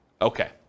Okay